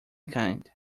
kind